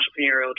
entrepreneurial